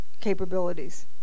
capabilities